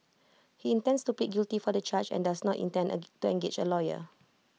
he intends to plead guilty for the charge and does not intend A to engage A lawyer